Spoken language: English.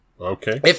Okay